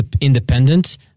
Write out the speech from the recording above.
independent